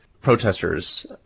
protesters